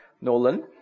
Nolan